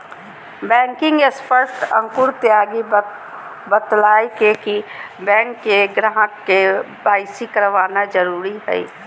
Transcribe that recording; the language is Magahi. बैंकिंग एक्सपर्ट अंकुर त्यागी बतयलकय कि बैंक के ग्राहक के.वाई.सी करवाना जरुरी हइ